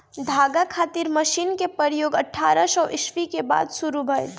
धागा खातिर मशीन क प्रयोग अठारह सौ ईस्वी के बाद शुरू भइल